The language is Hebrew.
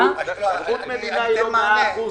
ערבות מדינה היא לא 100%,